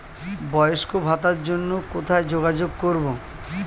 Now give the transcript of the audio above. বয়স্ক ভাতার জন্য কোথায় যোগাযোগ করব?